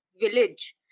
village